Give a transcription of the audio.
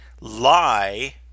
lie